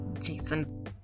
Jason